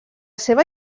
seva